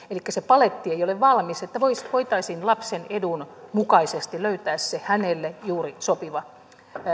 elikkä se paletti ei ole valmis että voitaisiin lapsen edun mukaisesti löytää se hänelle juuri sopiva